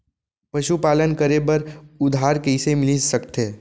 पशुपालन करे बर उधार कइसे मिलिस सकथे?